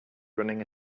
running